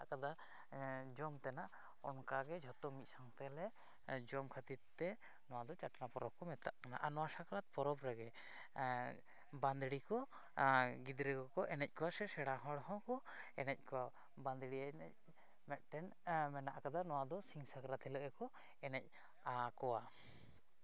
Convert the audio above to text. ᱢᱮᱱᱟᱜ ᱠᱟᱫᱟ ᱡᱚᱢ ᱛᱮᱱᱟᱜ ᱚᱱᱠᱟᱜᱮ ᱡᱚᱛᱚ ᱢᱤᱫ ᱥᱟᱶᱛᱮ ᱟᱞᱮ ᱡᱚᱢ ᱠᱷᱟᱹᱛᱤᱨ ᱛᱮ ᱱᱚᱣᱟ ᱫᱚ ᱪᱟᱴᱱᱟ ᱯᱚᱨᱚᱵᱽ ᱠᱚ ᱢᱮᱛᱟᱜ ᱠᱟᱱᱟ ᱟᱨ ᱱᱚᱣᱟ ᱥᱟᱠᱨᱟᱛ ᱯᱚᱨᱚᱵᱽ ᱨᱮᱜᱮ ᱵᱟᱸᱫᱽᱨᱤ ᱠᱚ ᱜᱤᱫᱽᱨᱟᱹ ᱠᱚᱠᱚ ᱮᱱᱮᱡ ᱠᱚᱣᱟ ᱥᱮ ᱥᱮᱬᱟ ᱦᱚᱲ ᱦᱚᱸ ᱮᱱᱮᱡ ᱠᱚᱣᱟ ᱵᱟᱸᱫᱽᱨᱤ ᱮᱱᱮᱡ ᱢᱤᱫᱴᱮᱱ ᱢᱮᱱᱟᱜ ᱠᱟᱫᱟ ᱱᱚᱣᱟ ᱫᱚ ᱥᱤᱧ ᱥᱟᱠᱨᱟᱛ ᱦᱤᱞᱳᱜ ᱜᱮᱠᱚ ᱮᱱᱮᱡᱼᱟ ᱟᱠᱚᱣᱟ